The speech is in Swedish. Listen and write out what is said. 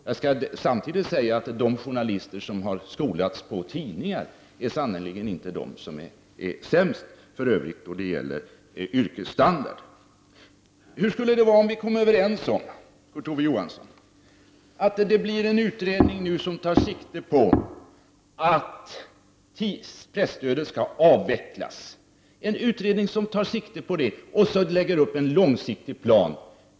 Samtidigt skall jag säga att de journalister som har skolats på tidningar sannerligen inte är sämst då det gäller yrkesstandard. Hur skulle det vara, Kurt Ove Johansson, om vi kom överens om att en utredning nu skall tillsättas som tar sikte på att presstödet skall avvecklas och lägger upp en långsiktig plan?